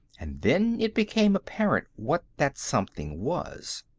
and then it became apparent what that something was.